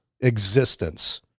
existence